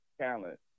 talent